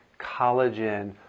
collagen